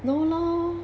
no lor